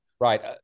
Right